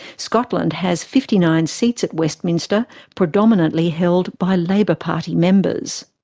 scotland has fifty nine seats at westminster, predominantly held by labour party members.